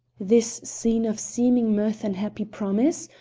this scene of seeming mirth and happy promise,